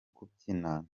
kubyina